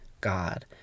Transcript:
God